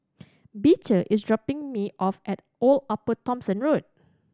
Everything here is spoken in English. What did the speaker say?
Beecher is dropping me off at Old Upper Thomson Road